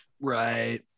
right